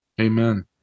Amen